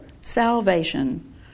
salvation